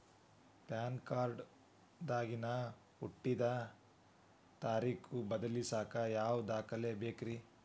PAN card ದಾಗಿನ ಹುಟ್ಟಿದ ತಾರೇಖು ಬದಲಿಸಾಕ್ ಯಾವ ದಾಖಲೆ ಬೇಕ್ರಿ?